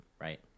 right